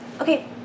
okay